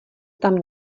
tam